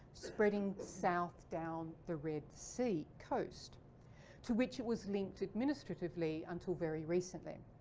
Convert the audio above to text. spreading south down the red sea coast to which it was linked administratively until very recently,